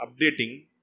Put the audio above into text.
updating